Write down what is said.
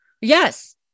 Yes